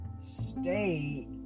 stay